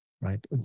right